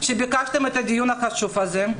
שביקשתם את הדיון החשוב הזה.